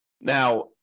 Now